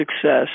success